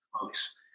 folks